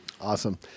Awesome